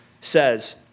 says